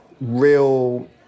real